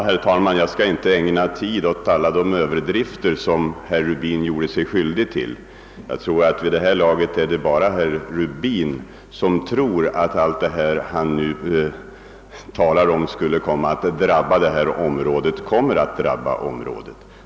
Herr talman! Jag skall inte ägna tid åt alla de överdrifter som herr Rubin gjorde sig skyldig till. Det är nog bara herr Rubin som vid detta laget tror att allt det som han talar om verkligen skulle drabba detta område.